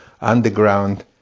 underground